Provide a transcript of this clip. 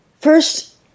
first